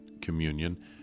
communion